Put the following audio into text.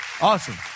Awesome